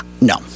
No